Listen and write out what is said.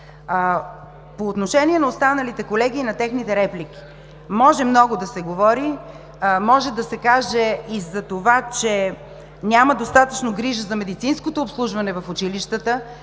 По отношение на останалите колеги и на техните реплики. Може много да се говори, може да се каже и за това, че няма достатъчно грижа за медицинското обслужване в училищата,